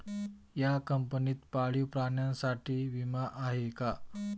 या कंपनीत पाळीव प्राण्यांसाठी विमा आहे का?